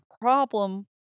problem